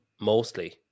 mostly